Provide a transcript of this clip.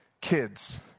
kids